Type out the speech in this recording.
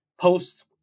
post-